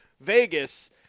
Vegas